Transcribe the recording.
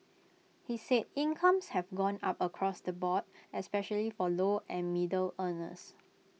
he said incomes have gone up across the board especially for low and middle earners